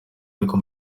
ariko